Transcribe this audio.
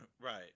Right